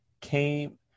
came –